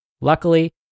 Luckily